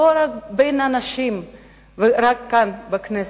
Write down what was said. לא רק בין הנשים ורק כאן בכנסת.